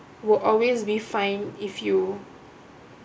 will always be fine if you